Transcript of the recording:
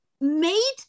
made